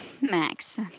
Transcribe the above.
Max